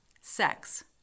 sex